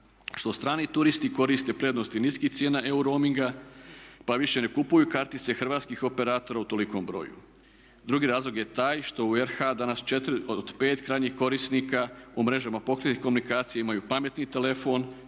što strani turisti koriste prednosti niskih cijena EU roaminga pa više ne kupuju kartice hrvatskih operatora u tolikom broju. Drugi razlog je taj što u RH danas 4 od 5 krajnjih korisnika u mrežama pokretnih komunikacija imaju pametni telefon,